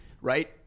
right